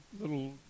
little